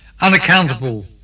Unaccountable